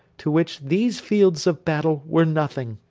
to which these fields of battle were nothing.